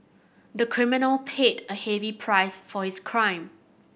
the criminal paid a heavy price for his crime